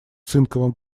цинковом